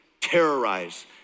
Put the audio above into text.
Terrorize